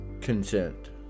consent